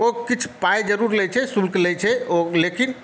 ओ किछु पाइ ज़रूर लै छै शुल्क लै छै ओ लेकिन